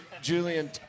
Julian